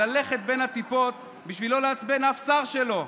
ללכת בין הטיפות בשביל לא לעצבן אף שר שלו,